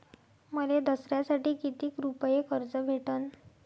मले दसऱ्यासाठी कितीक रुपये कर्ज भेटन?